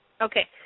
Okay